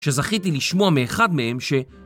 שזכיתי לשמוע מאחד מהם ש...